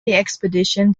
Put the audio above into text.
expedition